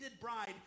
bride